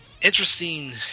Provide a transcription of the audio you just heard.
interesting